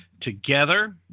Together